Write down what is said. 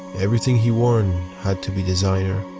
everything he wore and had to be designer.